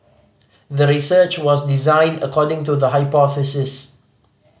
the research was designed according to the hypothesis